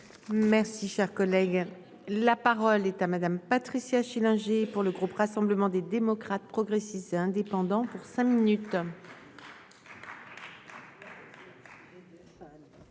Merci, cher collègue, la parole est à madame Patricia Schillinger pour le groupe Rassemblement des démocrates, progressistes et indépendants pour cinq minutes.--